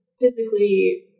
physically